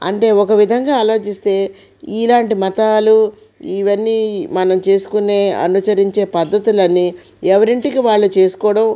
అంటే ఒక విధంగా ఆలోచిస్తే ఇలాంటి మతాలు ఇవన్నీ మనం చేసుకునే అనుసరించే పద్ధతులని ఎవరింటికి వాళ్ళు చేసుకోవడం